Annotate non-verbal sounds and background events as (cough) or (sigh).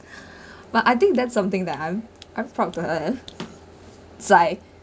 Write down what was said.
(breath) but I think that's something that I'm I'm proud to have it's like